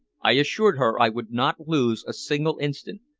i assured her i would not lose a single instant,